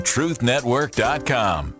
TruthNetwork.com